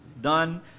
done